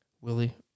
willie